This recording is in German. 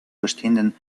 bestehenden